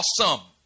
awesome